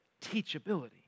teachability